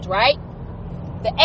right